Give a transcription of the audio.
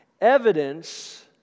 evidence